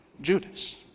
Judas